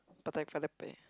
Patek-Philippe